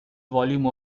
volume